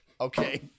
Okay